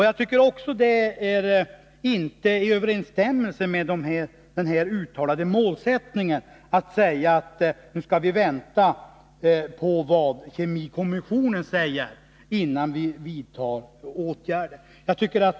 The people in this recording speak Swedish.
Jag tycker inte heller att det är i överensstämmelse med den uttalade målsättningen att säga att vi nu skall vänta på vad kemikommissionen säger innan vi vidtar åtgärder.